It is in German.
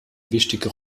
wichtige